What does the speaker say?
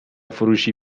فروشی